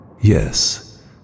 Yes